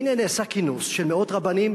והנה, נעשה כינוס של מאות רבנים,